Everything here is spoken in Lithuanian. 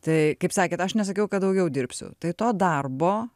tai kaip sakėt aš nesakiau kad daugiau dirbsiu tai to darbo